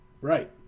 right